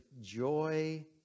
joy